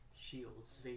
shields